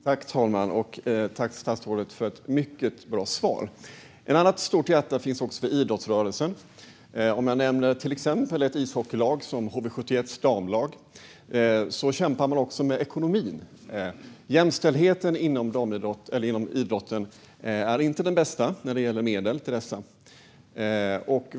Fru talman! Jag tackar statsrådet för ett mycket bra svar. Ett annat stort hjärta finns för idrottsrörelsen. Jag kan till exempel nämna ett ishockeylag som HV71:s damlag som också kämpar med ekonomin. Jämställdheten inom idrotten är inte den bästa när det gäller medel.